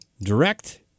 direct